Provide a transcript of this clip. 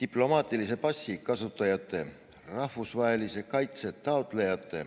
diplomaatilise passi kasutajate, rahvusvahelise kaitse taotlejate,